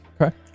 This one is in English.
Okay